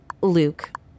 Luke